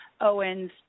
Owens